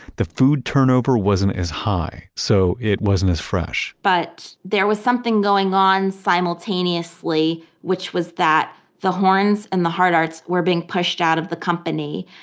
the food turnover wasn't as high, so it wasn't as fresh but there was something going on simultaneously, which was that the horns and the hardarts were being pushed out of the company.